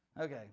Okay